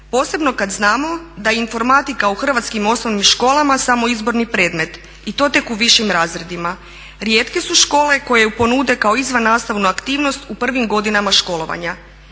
posebno kad znamo da informatika u hrvatskim osnovnim školama je samo izborni predmet i to tek u višim razredima. Rijetke su škole koje je ponude kao izvannastavnu aktivnost u prvim godinama školovanja.